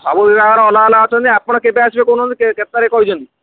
ସବୁ ବିଭାଗର ଅଲଗା ଅଲଗା ଅଛନ୍ତି ଆପଣ କେବେ ଆସିବେ କହୁ ନାହାଁନ୍ତି କେ କେତେ ତାରିଖ କହି ଦିଅନ୍ତୁ